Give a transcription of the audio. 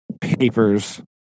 papers